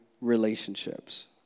Relationships